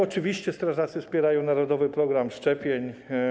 Oczywiście strażacy wspierają narodowy program szczepień.